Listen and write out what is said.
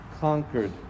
conquered